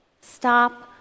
stop